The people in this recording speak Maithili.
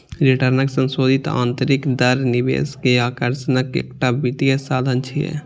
रिटर्नक संशोधित आंतरिक दर निवेश के आकर्षणक एकटा वित्तीय साधन छियै